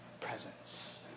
presence